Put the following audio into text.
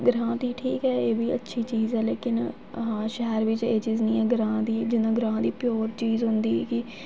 ग्रांऽ दी ठीक ऐ एह् बी अच्छी चीज़ ऐ लेकिन एह् अस शैह्र बिच एह् चीज़ निं ऐ ग्रांऽ दी जि'यां ग्रांऽ दी प्योर चीज़ होंदी कि